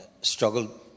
struggled